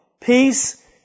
peace